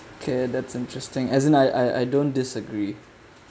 okay that's interesting as in I I I don't disagree